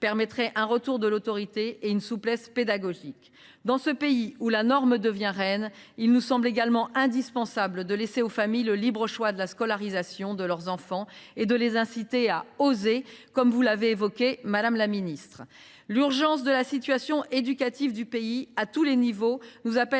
permettrait le retour de l’autorité et une souplesse pédagogique. Dans ce pays, où la norme devient reine, il nous semble également indispensable de laisser aux familles le libre choix de la scolarisation de leurs enfants ; il faut les inciter à oser, comme vous l’avez souligné, madame la ministre. L’urgence de la situation éducative du pays, à tous les degrés, nous appelle